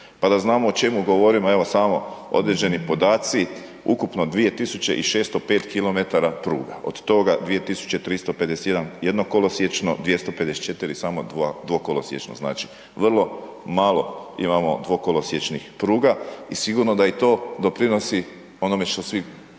pa da znamo o čemu govorimo, evo samo određeni podaci ukupno 2605 km pruga, od toga 2351 jednokolosječno, 254 samo dva, dvokolsječno, znači vrlo malo imamo dvokolosječnih pruga i sigurno da i to doprinosi onome što svi